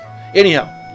anyhow